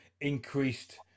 increased